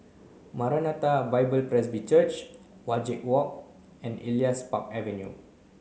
Maranatha Bible Presby Church Wajek Walk and Elias Park Avenue